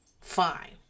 fine